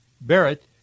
Barrett